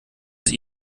sie